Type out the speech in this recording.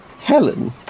Helen